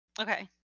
Okay